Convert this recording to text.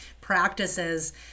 practices